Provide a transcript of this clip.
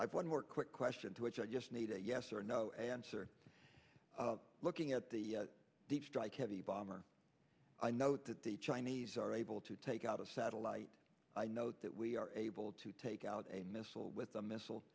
one more quick question to which i just made a yes or no answer looking at the deep strike heavy bomber i note that the chinese are able to take out of satellite i know that we are able to take out a missile with a missile